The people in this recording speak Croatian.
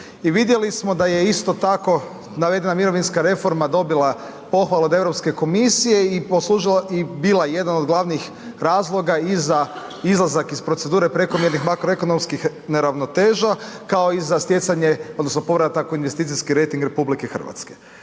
vidjeli smo da je isto tako navedena mirovinska reforma dobila pohvale od Europske komisije i bila jedan od glavnih razloga i za izlazak iz procedure prekomjernih makroekonomskih neravnoteža kao i za stjecanje, odnosno povratak u investicijski rejting RH. Dakle